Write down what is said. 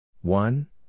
One